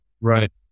Right